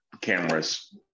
cameras